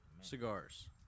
cigars